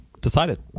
Decided